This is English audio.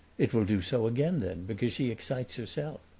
it will do so again then, because she excites herself.